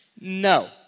No